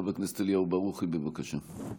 חבר הכנסת אליהו ברוכי, בבקשה.